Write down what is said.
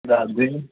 ਦੱਸ ਦੇ